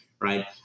right